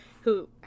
who-